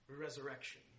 resurrection